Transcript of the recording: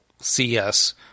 CS